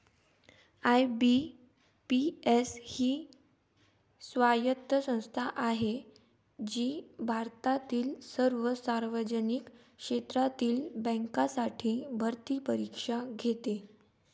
IBPS ही स्वायत्त संस्था आहे जी भारतातील सर्व सार्वजनिक क्षेत्रातील बँकांसाठी भरती परीक्षा घेते